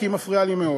כי היא מפריעה לי מאוד.